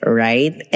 right